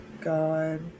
God